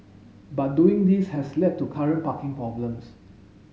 but doing this has led to current parking problems